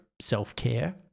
self-care